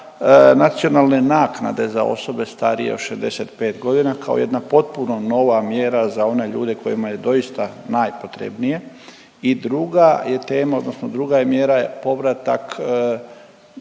nacionalne naknade za osobe starije od 65 godina kao jedna potpuno nova mjera za one ljude kojima je doista najpotrebnije i druga je tema odnosno